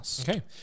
Okay